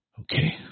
Okay